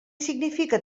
significa